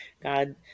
God